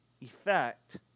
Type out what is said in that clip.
effect